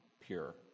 pure